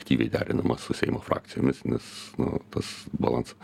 aktyviai derinama su seimo frakcijomis nes nu tas balans